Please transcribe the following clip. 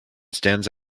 stands